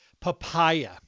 papaya